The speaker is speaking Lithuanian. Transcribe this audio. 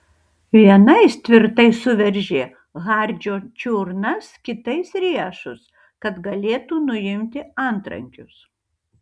vienais tvirtai suveržė hardžio čiurnas kitais riešus kad galėtų nuimti antrankius